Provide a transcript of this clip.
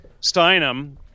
Steinem